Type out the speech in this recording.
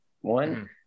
one